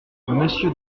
monsieur